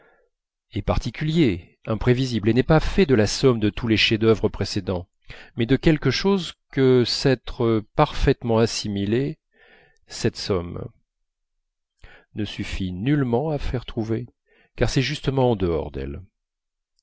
est particulier imprévisible et n'est pas fait de la somme de tous les chefs-d'œuvre précédents mais de quelque chose que s'être parfaitement assimilé cette somme ne suffit nullement à faire trouver car c'est justement en dehors d'elle